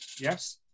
yes